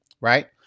Right